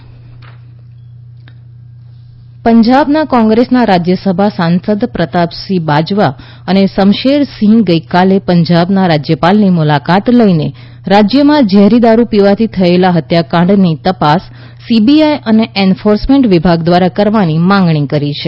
ઝેરી દારૂ પંજાબના કોંગ્રેસના રાજ્યસભાના સાંસદ પ્રતાપસિંહ બાજવા અને સમશેરસિંહે ગઈકાલે પંજાબના રાજ્યપાલની મુલાકાત લઈને રાજ્યમાં ઝેરી દારૂ પીવાથી થયેલ હત્યાકાંડની તપાસ સીબીઆઈ અને એન્ફોર્સમેન્ટ વિભાગ દ્વારા કરાવવાની માંગણી કરી છે